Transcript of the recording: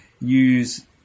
use